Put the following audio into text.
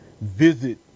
visit